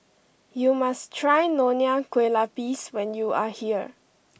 you must try Nonya Kueh Lapis when you are here